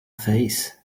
face